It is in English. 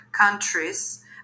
countries